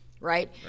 Right